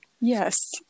Yes